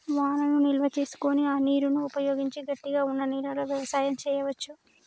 వానను నిల్వ చేసుకొని ఆ నీరును ఉపయోగించి గట్టిగ వున్నా నెలలో వ్యవసాయం చెయ్యవచు